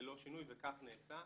ללא שינוי, וכך נעשה.